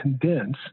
condense